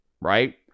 Right